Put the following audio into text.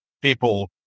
people